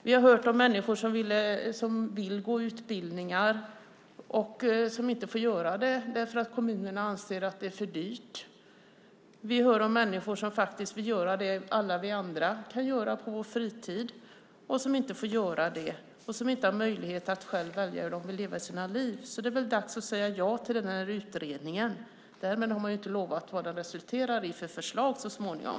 Vi har hört om människor som vill gå utbildningar men som inte får göra det därför att kommunerna anser att det blir för dyrt. Vi hör om människor som faktiskt vill göra det alla vi andra kan göra på fritiden men som inte får göra det och som inte har möjlighet att välja hur de vill leva sina liv. Det är väl dags att säga ja till den här utredningen. Därmed har man ju inte lovat vilka förslag den kommer att resultera i så småningom.